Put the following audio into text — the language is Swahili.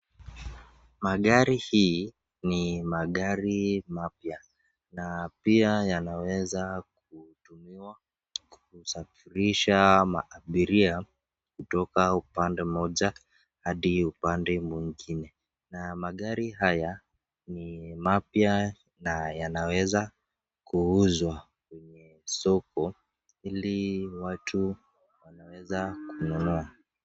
Magari hii ni magari mapya na pia yanaweza kutumiwa kusafirisha abiria kutoka upande moja hadi upande mwingine. Na magari haya ni mapya na yanaweza kuuzwa kwenye soko ili watu wanaweza kununua.